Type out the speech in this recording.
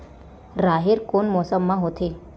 राहेर कोन मौसम मा होथे?